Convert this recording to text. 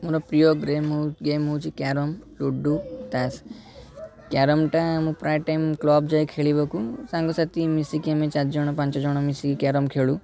ମୋର ପ୍ରିୟ ଗେମ୍ ହେଉଛି କ୍ୟାରମ୍ ଲୁଡ଼ୁ ତାସ କ୍ୟାରମ୍ଟା ମୁଁ ପ୍ରାଏ ଟାଇମ୍ କ୍ଲବ୍ ଯାଏ ଖେଳିବାକୁ ସାଙ୍ଗସାଥି ମିଶିକି ଆମେ ଚାରିଜଣ ପାଞ୍ଚଜଣ ମିଶିକି କ୍ୟାରମ୍ ଖେଳୁ